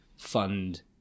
fund